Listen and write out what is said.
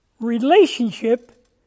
relationship